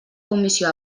comissió